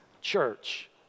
church